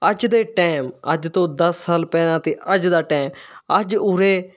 ਅੱਜ ਦੇ ਟੈਮ ਅੱਜ ਤੋਂ ਦਸ ਸਾਲ ਪਹਿਲਾਂ ਤੇ ਅੱਜ ਦਾ ਟੈਮ ਅੱਜ ਉਰੇ